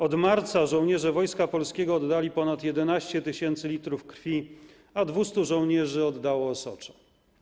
Od marca żołnierze Wojska Polskiego oddali ponad 11 tys. l krwi, a 200 żołnierzy oddało osocze.